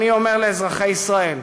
אני אומר לאזרחי ישראל: